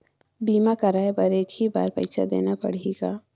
बीमा कराय बर एक ही बार पईसा देना पड़ही का?